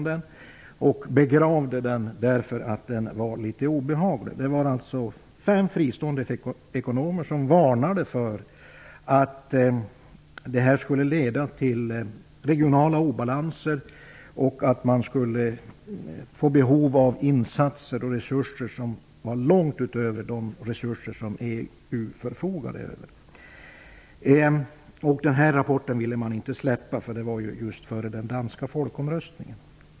Den begravdes, eftersom den var litet obehaglig. Fem fristående ekonomer varnade för att detta skulle leda till regionala obalanser och behov av insatser och resurser långt utöver de resurser som EU förfogade över. Den här rapporten ville man inte släppa, eftersom den kom just före den danska folkomröstningen.